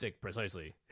precisely